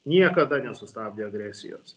niekada nesustabdė agresijos